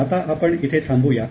आता आपण इथे थांबू या